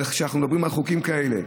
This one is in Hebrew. אבל כשאנחנו מדברים על חוקים כאלה?